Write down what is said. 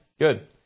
good